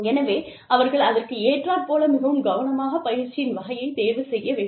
எனவே அவர்கள் அதற்கு ஏற்றார் போல மிகவும் கவனமாகப் பயிற்சியின் வகையை தேர்வு செய்ய வேண்டும்